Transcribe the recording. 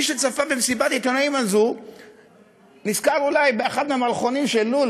מי שצפה במסיבת העיתונאים הזאת נזכר אולי באחד מהמערכונים של "לול",